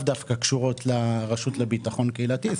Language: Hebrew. דווקא קשורות לרשות לביטחון קהילתי.